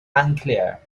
unclear